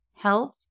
health